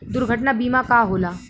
दुर्घटना बीमा का होला?